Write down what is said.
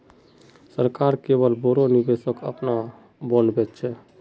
सरकार केवल बोरो निवेशक अपनार बॉन्ड बेच छेक